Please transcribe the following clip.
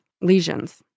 lesions